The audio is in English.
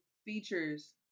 features